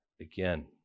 again